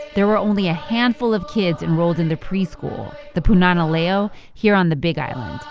there were only a handful of kids enrolled in the preschool, the punana leo, here on the big island,